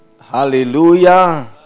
Hallelujah